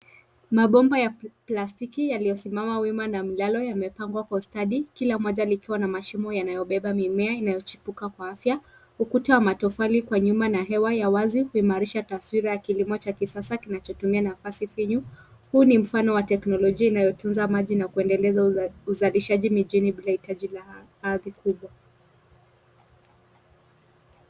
Mabomba ya plastiki yaliyosiamama wima na mlalo yamepangwa kwa ustadi kila moja likiwa na mashimo yanayobeba mimea inayochipuka kwa afya. Ukuta wa matofali kwa nyuma na hewa ya wazi kuimarisha taswira ya kilimo cha sasa kinachotumia nafasi finyu. Huu ni mfano wa teknolojia inayotunza maji na kuendeleza uzalishaji mijini bila hitaji la ardhi kubwa.